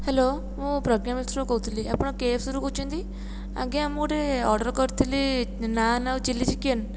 hello ମୁଁ ପ୍ରଜ୍ଞା ମିଶ୍ର କହୁଥିଲି ଆପଣ କେଏଫସିରୁ କହୁଛନ୍ତି ଆଜ୍ଞା ମୁଁ ଗୋଟିଏ ଅର୍ଡ଼ର କରିଥିଲି ନାନ୍ ଆଉ ଚିଲ୍ଲୀ ଚିକେନ୍